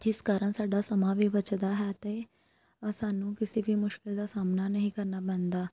ਜਿਸ ਕਾਰਨ ਸਾਡਾ ਸਮਾਂ ਵੀ ਬੱਚਦਾ ਹੈ ਅਤੇ ਸਾਨੂੰ ਕਿਸੇ ਵੀ ਮੁਸ਼ਕਲ ਦਾ ਸਾਹਮਣਾ ਨਹੀਂ ਕਰਨਾ ਪੈਂਦਾ